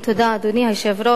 היושב-ראש,